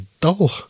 dull